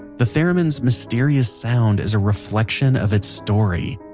the theremin's mysterious sound is a reflection of it's story.